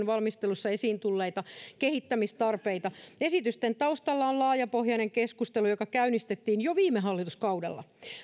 valmistelussa esiin tulleita kehittämistarpeita esitysten taustalla on laajapohjainen keskustelu joka käynnistettiin jo viime hallituskaudella